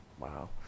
Wow